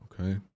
Okay